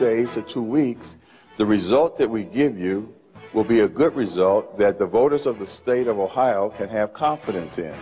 days of two weeks the result that we get you will be a good result that the voters of the state of ohio could have confidence in